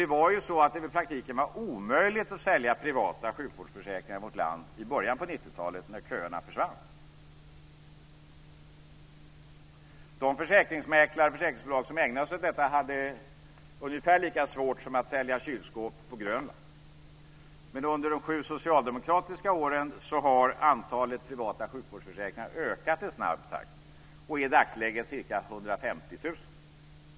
Det var nämligen så att det i praktiken var omöjligt att sälja privata sjukvårdsförsäkringar i vårt land i början av 90-talet när köerna försvann. De försäkringsmäklare och försäkringsbolag som ägnade sig åt detta hade det ungefär lika svårt som kylskåpsförsäljare på Grönland. Men under de sju socialdemokratiska åren har antalet privata sjukvårdsförsäkringar ökat i snabb takt och är i dagsläget ca 150 000.